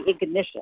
ignition